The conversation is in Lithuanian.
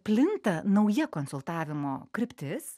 plinta nauja konsultavimo kryptis